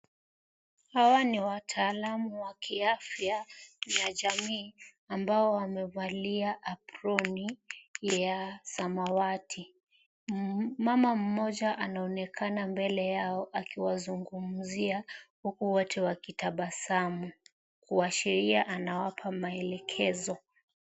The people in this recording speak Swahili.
Hawa ni wataalamu wa kiafya ya jamii ambao wamevalia aproni ya samawati, mama mmoja anaonekana mbele yao akiwazungumzia huku wote wakitabasamu kuashiria anawapa maelekezo.